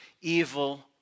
evil